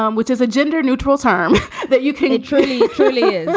um which is a gender neutral term that you can it truly, truly is.